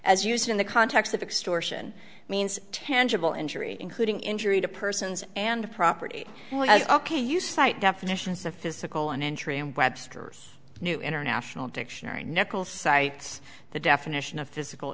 as used in the context of extortion means tangible injury including injury to persons and property as ok you cite definitions of physical and entry and webster's new international dictionary nicol cites the definition of physical